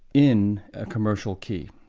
in a commercial key.